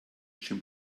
jim